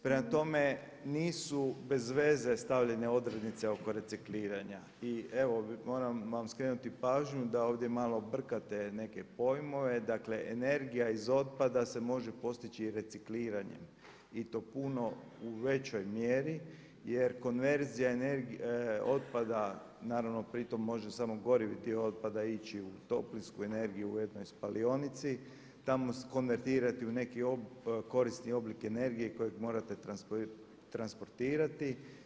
Prema tome, nisu bezveze stavljene odrednice oko recikliranja i evo moram vam skrenuti pažnju da ovdje malo brkate neke pojmove, dakle energija iz otpada se može postići i recikliranjem i to puno u većoj mjeri jer konverzija otpada naravno pri tom može samo gorivi dio otpada ići toplinsku energiju u jednoj spalionici, tamo se konvertirati u neki korisni oblik energije kojeg morate transportirati.